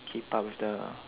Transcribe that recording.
keep up with the